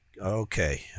Okay